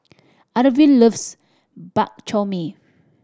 Arvil loves Bak Chor Mee